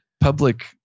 public